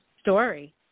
story